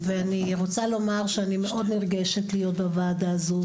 ואני רוצה לומר שאני מאוד נרגשת להיות בוועדה הזו,